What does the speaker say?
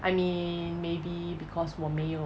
I mean maybe because 我没有